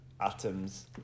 atoms